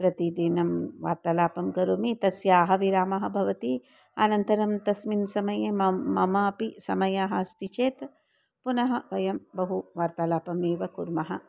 प्रतिदिनं वार्तालापं करोमि तस्याः विरामः भवति अनन्तरं तस्मिन् समये मम मम अपि समयः अस्ति चेत् पुनः वयं बहु वार्तालापमेव कुर्मः